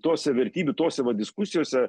tose vertybių tose va diskusijose